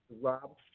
Rob